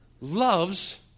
loves